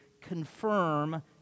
confirm